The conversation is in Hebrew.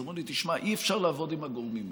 אמרו לי: תשמע, אי-אפשר לעבוד עם הגורמים האלה.